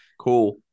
Cool